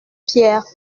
pierres